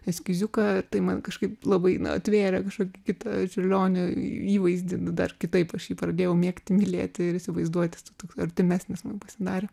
eskiziuką tai man kažkaip labai na atvėrė kažkokį kitą čiurlionio į įvaizdį nu dar kitaip aš jį pradėjau mėgti mylėti ir įsivaizduoti toks artimesnis man pasidarė